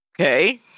Okay